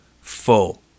full